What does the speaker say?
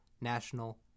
national